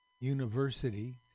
university